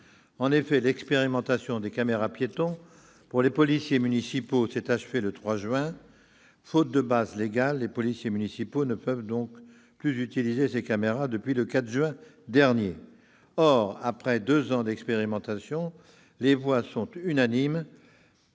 En effet, l'expérimentation de caméras-piétons pour les policiers municipaux s'est achevée le 3 juin dernier. Faute de base légale, les policiers municipaux ne peuvent donc plus utiliser ces outils depuis le 4 juin. Or, après deux ans d'expérimentation, la réussite